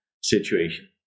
situation